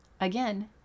again